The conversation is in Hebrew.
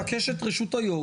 בקש את רשות היו"ר,